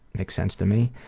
makes sense to me.